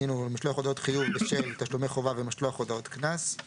"משלוח הודעות חיוב בשל תשלומי חובה ומשלוח הודעות קנס";